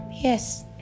Yes